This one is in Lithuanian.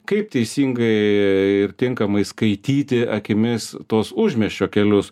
kaip teisingai ir tinkamai skaityti akimis tuos užmiesčio kelius